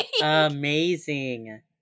Amazing